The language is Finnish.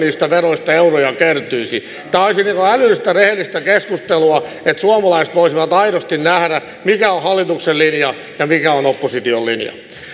tämä olisi älyllistä rehellistä keskustelua että suomalaiset voisivat aidosti nähdä mikä on hallituksen linja ja mikä on opposition linja